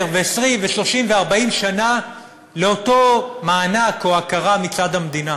ו-20 ו-30 ו-40 שנה לאותו מענק או הכרה מצד המדינה,